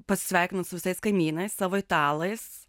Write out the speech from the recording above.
pasisveikinu su visais kaimynais savo italais